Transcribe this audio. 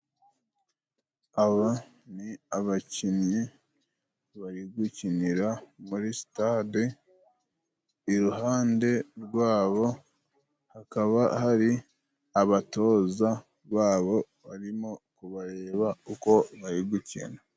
Aba ni abakinnyi bari gukinira muri sitade iruhande, rwa bo hakaba hari abatoza ba bo barimo kubareba uko bari gukina.